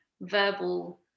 verbal